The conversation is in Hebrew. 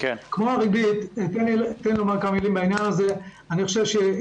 בעניין ערבות אישית,